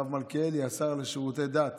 הרב מלכיאלי, השר לשירותי דת,